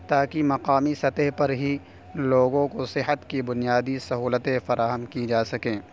تاکہ مقامی سطح پر ہی لوگوں کو صحت کی بنیادی سہولتیں فراہم کی جا سکیں